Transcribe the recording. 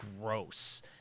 gross